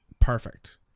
perfect